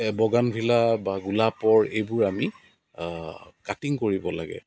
bougainvillea বা গোলাপৰ এইবোৰ আমি কাটিং কৰিব লাগে